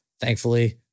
Thankfully